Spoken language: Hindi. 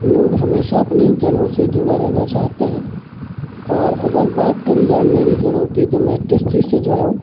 लोग हमेशा अपनी जड़ों से जुड़ा रहना चाहते हैं और अगर बात करी जाए मेरी जड़ों की तो मैं किसी चीज से जुड़ा हूँ